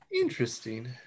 interesting